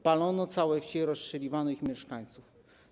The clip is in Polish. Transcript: Palono całe wsie i rozstrzeliwano ich mieszkańców.